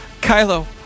kylo